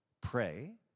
pray